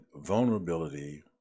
vulnerability